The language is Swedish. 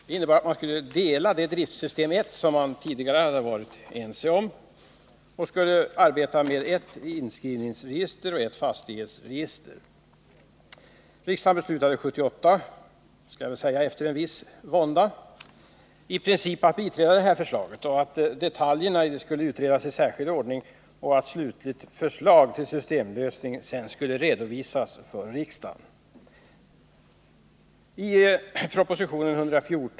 Det innebar att man skulle dela det driftsystem 1 som man tidigare varit ense om och att man skulle arbeta med ett inskrivningsregister och ett fastighetsregister. Riksdagen beslutade 1978 — efter viss vånda — i princip att biträda förslaget, att detaljer skulle utredas i särskild ordning och att slutligt förslag till systemlösning sedan skulle redovisas för riksdagen.